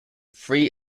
free